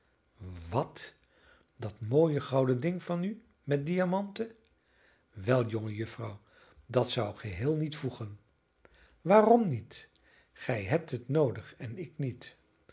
wat dat mooie gouden ding van u met diamanten wel jongejuffrouw dat zou geheel niet voegen waarom niet gij hebt het noodig en ik niet